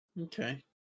Okay